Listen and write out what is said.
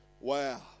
Wow